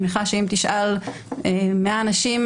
אני מניחה שאם תשאל 100 אנשים,